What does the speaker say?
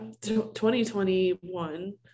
2021